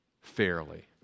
fairly